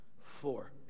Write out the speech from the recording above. Four